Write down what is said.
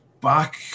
back